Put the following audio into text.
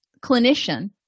clinician